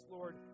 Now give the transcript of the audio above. Lord